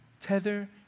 Tether